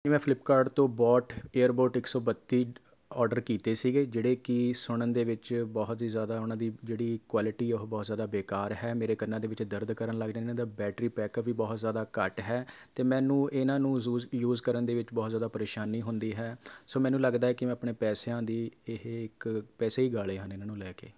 ਮੈਂ ਫਪਿੱਟਕਾਟ ਤੋਂ ਬੋਟ ਏਅਰਬੋਟ ਇੱਕ ਸੌ ਬੱਤੀ ਓਡਰ ਕੀਤੇ ਸੀਗੇ ਜਿਹੜੇ ਕਿ ਸੁਣਨ ਦੇ ਵਿੱਚ ਬਹੁਤ ਹੀ ਜ਼ਿਆਦਾ ਉਨ੍ਹਾਂ ਦੀ ਜਿਹੜੀ ਕੁਐਲਿਟੀ ਉਹ ਬਹੁਤ ਜ਼ਿਆਦਾ ਬੇਕਾਰ ਹੈ ਮੇਰੇ ਕੰਨਾਂ ਦੇ ਵਿੱਚ ਦਰਦ ਕਰਨ ਲੱਗ ਜਾਂਦਾ ਅਤੇ ਬੈਟਰੀ ਬੈਕਅੱਪ ਵੀ ਬਹੁਤ ਜ਼ਿਆਦਾ ਘੱਟ ਹੈ ਅਤੇ ਮੈਨੂੰ ਇਨ੍ਹਾਂ ਨੂੰ ਜ਼ੂਜ ਯੂਜ਼ ਕਰਨ ਦੇ ਵਿੱਚ ਬਹੁਤ ਜ਼ਿਆਦਾ ਪਰੇਸ਼ਾਨੀ ਹੁੰਦੀ ਹੈ ਸੋ ਮੈਨੂੰ ਲੱਗਦਾ ਹੈ ਕਿ ਮੈਂ ਆਪਣੇ ਪੈਸਿਆਂ ਦੀ ਇਹ ਇੱਕ ਪੈਸੇ ਹੀ ਗਾਲੇ ਹਨ ਇਨ੍ਹਾਂ ਨੂੰ ਲੈ ਕੇ